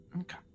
Okay